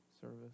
service